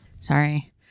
Sorry